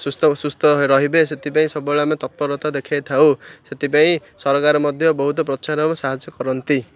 ସୁସ୍ଥ ସୁସ୍ଥ ରହିବେ ସେଥିପାଇଁ ସବୁବେଳେ ଆମେ ତପ୍ତରତା ଦେଖେଇ ଥାଉ ସେଥିପାଇଁ ସରକାର ମଧ୍ୟ ବହୁତ ପ୍ରଚାର ଆ ସାହାଯ୍ୟ କରନ୍ତି